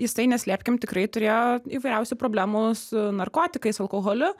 jisai neslėpkim tikrai turėjo įvairiausių problemų su narkotikais alkoholiu